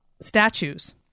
statues